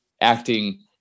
acting